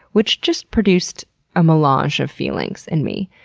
which just produced a melange of feelings in me.